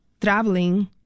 traveling